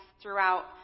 throughout